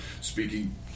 speaking